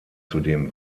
zudem